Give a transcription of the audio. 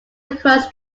across